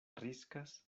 riskas